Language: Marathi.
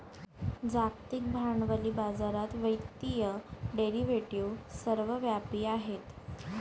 जागतिक भांडवली बाजारात वित्तीय डेरिव्हेटिव्ह सर्वव्यापी आहेत